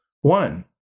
One